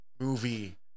movie